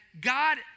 God